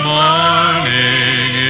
morning